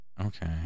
Okay